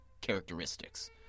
characteristics